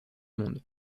monde